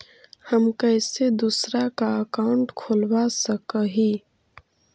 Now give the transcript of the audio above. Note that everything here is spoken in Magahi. हम कैसे दूसरा का अकाउंट खोलबा सकी ही?